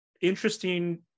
Interesting